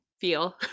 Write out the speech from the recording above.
feel